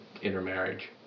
intermarriage